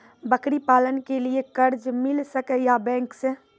बकरी पालन के लिए कर्ज मिल सके या बैंक से?